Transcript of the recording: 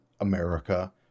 America